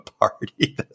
party